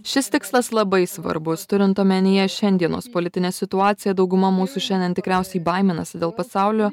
šis tikslas labai svarbus turint omenyje šiandienos politinę situaciją dauguma mūsų šiandien tikriausiai baiminasi dėl pasaulio